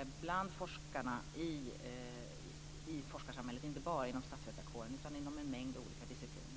och bland forskarna i forskarsamhället inte bara inom statsvetarkåren utan inom en mängd olika discipliner.